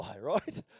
right